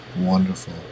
wonderful